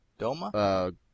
Doma